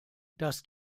das